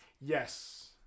Yes